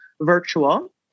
virtual